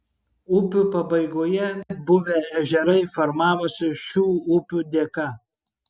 upių pabaigoje buvę ežerai formavosi šių upių dėka